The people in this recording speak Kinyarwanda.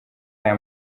aya